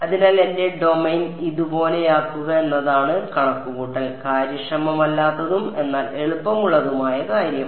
അതിനാൽ എന്റെ ഡൊമെയ്ൻ ഇതുപോലെയാക്കുക എന്നതാണ് കണക്കുകൂട്ടൽ കാര്യക്ഷമമല്ലാത്തതും എന്നാൽ എളുപ്പമുള്ളതുമായ കാര്യം